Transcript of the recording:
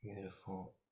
Beautiful